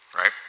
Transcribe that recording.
right